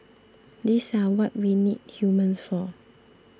these are what we need humans for